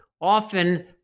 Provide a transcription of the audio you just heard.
often